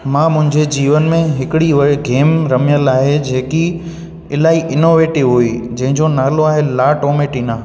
मां मुंहिंजे जीवन में हिकिड़ी वर गेम रमियलु आहे जेकी इलाही इनोवेटिव हुई जंहिंजो नालो आहे लाटो मेटिना